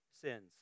sins